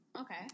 Okay